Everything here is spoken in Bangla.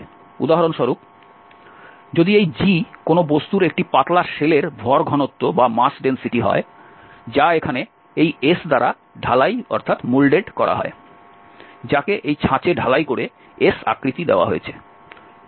উদাহরণস্বরূপ যদি এই g কোনও বস্তুর একটি পাতলা শেলের ভর ঘনত্ব হয় যা এখানে এই S দ্বারা ঢালাই করা হয় যাকে এই ছাঁচে ঢালাই ক'রে S আকৃতি দেওয়া হয়েছে